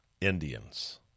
Indians